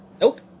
Nope